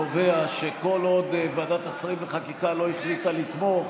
קובע שכל עוד ועדת השרים לחקיקה לא החליטה לתמוך